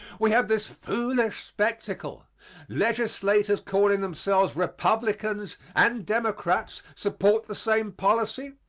we have this foolish spectacle legislators calling themselves republicans and democrats support the same policy,